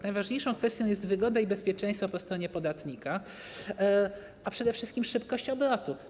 Najważniejszą kwestią jest wygoda i bezpieczeństwo po stronie podatnika, a przede wszystkim szybkość obrotu.